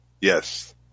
yes